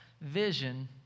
vision